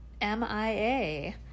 MIA